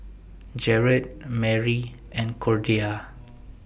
Jared Marie and Cordia